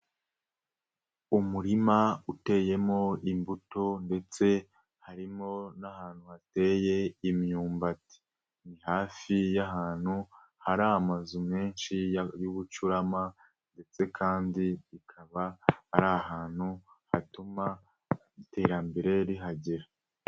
Umurima uteyemo imbuto ndetse harimo n'ahantu hateye imyumbati. Ni hafi y'ahantu hari amazu menshi y'ubucurama ndetse kandi hakaba ari ahantu hatuma iterambere rihagera.